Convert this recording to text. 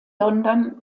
london